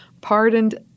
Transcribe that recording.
pardoned